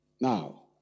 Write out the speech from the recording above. Now